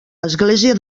església